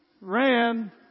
ran